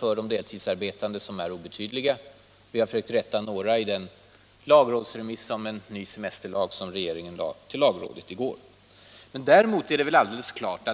Vi har försökt rätta till några av dessa förhållanden i den lagrådsremiss om en ny semesterlag som regeringen lämnade i går.